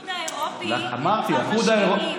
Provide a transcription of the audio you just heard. גם באיחוד האירופי הם כבר משקיעים,